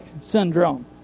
syndrome